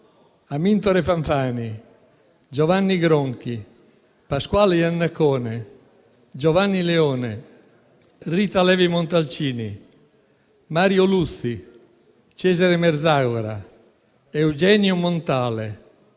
Amintore Fanfani, Giovanni Gronchi, Pasquale Jannaccone, Giovanni Leone, Rita Levi Montalcini, Mario Luzi, Cesare Merzagora, Eugenio Montale,